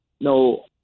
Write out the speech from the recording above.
no